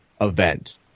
event